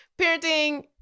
parenting